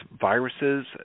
viruses